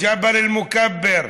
ג'בל אל-מוכבר,